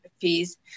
fees